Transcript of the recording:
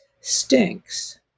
stinks